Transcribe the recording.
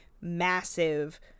massive